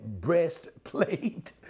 breastplate